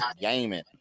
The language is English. Gaming